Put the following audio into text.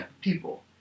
people